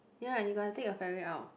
ya you got to take a ferry out